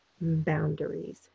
boundaries